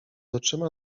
oczyma